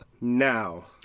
Now